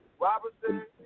Robinson